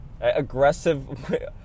Aggressive